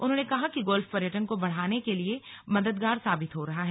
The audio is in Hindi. उन्होंने कहा कि गोल्फ पर्यटन को बढ़ाने के लिए भी मददगार साबित हो रहा है